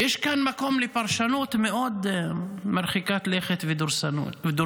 יש כאן מקום לפרשנות מרחיקת לכת מאוד ודורסנית.